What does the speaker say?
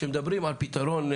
כשמדברים על פיתרון,